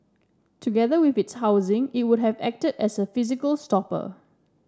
together with its housing it would have acted as a physical stopper